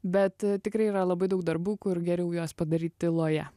bet tikrai yra labai daug darbų kur geriau juos padaryt tyloje